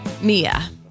Mia